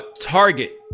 Target